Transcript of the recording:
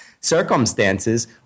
circumstances